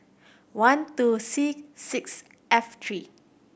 one two C six F three